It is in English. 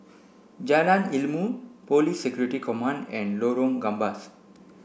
Jalan Ilmu Police Security Command and Lorong Gambas